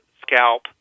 scalp